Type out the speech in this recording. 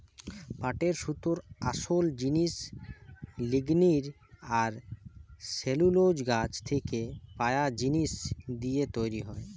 পাটের সুতোর আসোল জিনিস লিগনিন আর সেলুলোজ গাছ থিকে পায়া জিনিস দিয়ে তৈরি হয়